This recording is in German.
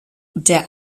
der